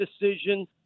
decision